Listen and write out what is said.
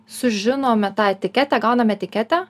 sužinome tą etiketę gaunam etiketę